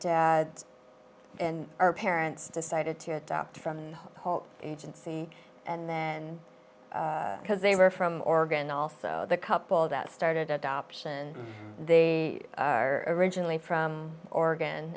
nd our parents decided to adopt from agency and then because they were from oregon also the couple that started adoption they are originally from oregon